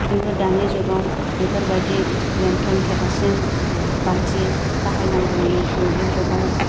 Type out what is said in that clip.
किन्तु दानि जुगाव बेफोरबायदि लेन्थन केरासिन बाथि बा हायनांगौनि मोब्लिब जुगाव